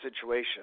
situation